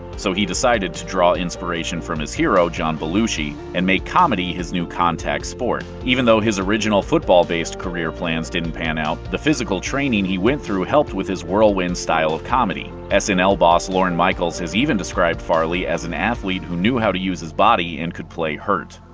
so he decided to draw inspiration from his hero, john belushi, and make comedy his new contact sport. even though his original, football-based career plans didn't pan out, the physical training he went through helped with his whirlwind style of comedy. ah snl boss lorne michaels has even described farley as an athlete who knew how to use his body and could play hurt.